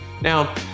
Now